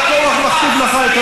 אתה יצאת למלחמה,